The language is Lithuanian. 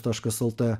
taškas lt